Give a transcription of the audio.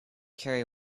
carry